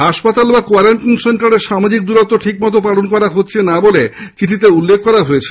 হাসপাতাল বা কোয়ারান্টাইন সেন্টারে সামাজিক দূরত্ব ঠিকমতো পালন করা হচ্ছে না বলে চিঠিতে উল্লেখ রয়েছে